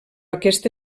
aquesta